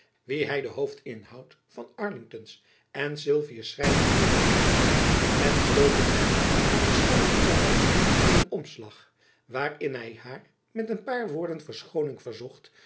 wien hy den hoofdinhoud van arlingtons en sylvius schrijven mededeelde en sloot den brief aan de schoone izabella in een omslag waarin hy haar met een paar woorden verschooning verzocht